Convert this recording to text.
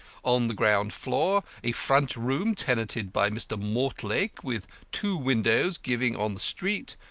on the ground floor a front room tenanted by mr. mortlake, with two windows giving on the street,